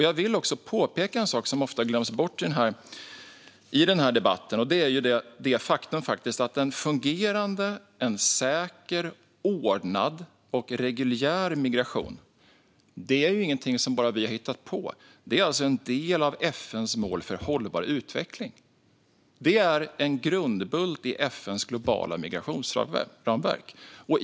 Jag vill också påpeka en sak som ofta glöms bort i den här debatten, nämligen det faktum att en fungerande, säker, ordnad och reguljär migration inte är någonting som vi bara har hittat på. Det är en del av FN:s mål för hållbar utveckling. Det är en grundbult i FN:s globala migrationsramverk.